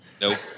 Nope